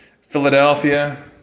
Philadelphia